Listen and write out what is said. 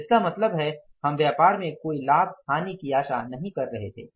तो इसका मतलब है हम व्यापार में कोई लाभ हानि की आशा नहीं कर रहे थे